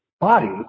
body